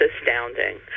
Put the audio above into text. astounding